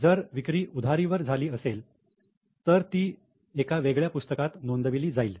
जर विक्री उधारीवर झाली असेल तर ती एका वेगळ्या पुस्तकात नोंदविली जाईल